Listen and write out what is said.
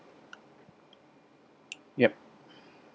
yup